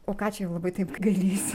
o ką čia jau labai taip gailėsi